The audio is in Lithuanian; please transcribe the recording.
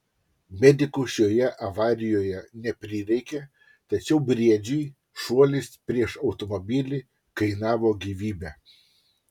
medikų šioje avarijoje neprireikė tačiau briedžiui šuolis prieš automobilį kainavo gyvybę